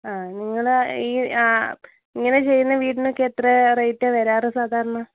ആ നിങ്ങൾ ഈ ഇങ്ങനെ ചെയ്യുന്ന വീടിനൊക്കെ എത്രയാണ് റേറ്റ് വരാറ് സാധാരണ